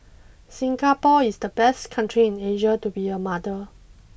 Singapore is the best country in Asia to be a mother